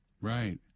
Right